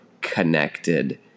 connected